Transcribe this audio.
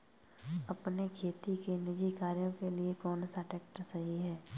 अपने खेती के निजी कार्यों के लिए कौन सा ट्रैक्टर सही है?